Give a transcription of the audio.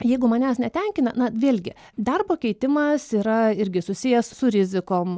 jeigu manęs netenkina na vėlgi darbo keitimas yra irgi susijęs su rizikom